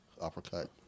uppercut